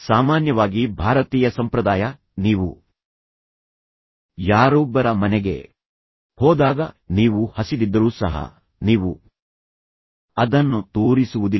ಸಾಮಾನ್ಯವಾಗಿ ಭಾರತೀಯ ಸಂಪ್ರದಾಯ ನೀವು ಯಾರೊಬ್ಬರ ಮನೆಗೆ ಹೋದಾಗ ನೀವು ಹಸಿದಿದ್ದರೂ ಸಹ ನೀವು ಅದನ್ನು ತೋರಿಸುವುದಿಲ್ಲ